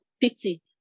pity